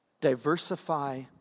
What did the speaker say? Diversify